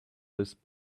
this